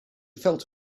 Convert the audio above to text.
felt